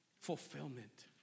Fulfillment